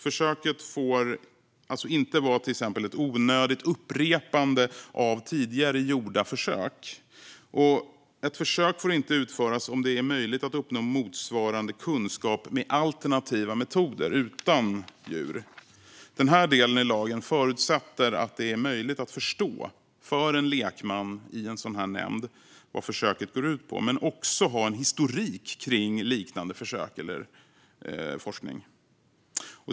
Försöket får till exempel inte vara ett onödigt upprepande av tidigare gjorda försök. Ett försök får inte utföras om det är möjligt att uppnå motsvarande kunskap med alternativa metoder, utan djur. Den här delen i lagen förutsätter att det är möjligt för en lekman i en sådan här nämnd att förstå vad försöket går ut på, men också att ha en historik kring liknande försök eller forskning.